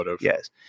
Yes